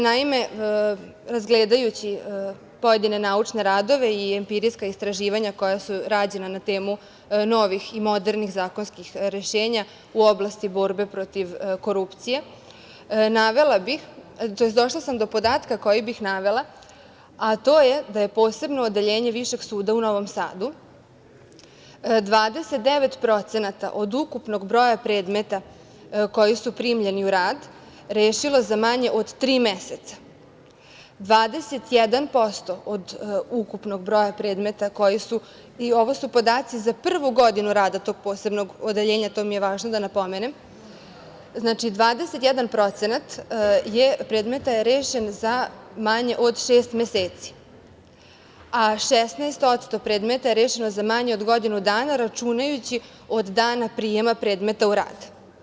Naime, razgledajući pojedine naučne radove i empirijska istraživanja koja su rađena na temu novih i modernih zakonskih rešenja u oblasti borbe protiv korupcije, došla sam do podatka koji bih navela, a to je da je posebno odeljenje Višeg suda u Novom Sadu 29% od ukupnog broja predmeta koji su primljeni u rad rešilo za manje od tri meseca, 21% od ukupnog broja predmeta koji su, ovo su podaci za prvu godinu rada tog posebnog odeljenja, to mi je važno da napomenem, znači 21% predmeta je rešen za manje od šest meseci, a 16% predmeta je rešeno za manje od godinu dana, računajući od dana prijema predmeta u rad.